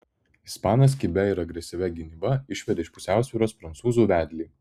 ispanas kibia ir agresyvia gynyba išvedė iš pusiausvyros prancūzų vedlį